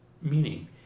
Meaning